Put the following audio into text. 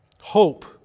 Hope